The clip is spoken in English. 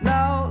Now